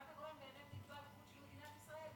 ברמת-הגולן באמת נקבע גבול של מדינת ישראל,